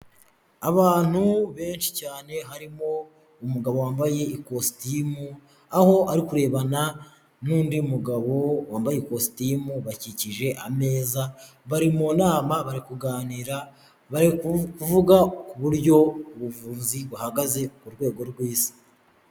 Abantu benshi cyane, harimo umugabo wambaye ikositimu, aho ari kurebana n'undi mugabo wambaye ikositimu, bakikije ameza, bari mu nama, bari kuganira, bari kuvuga ku buryo ubuvuzi buhagaze ku rwego rw'isi.